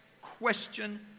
question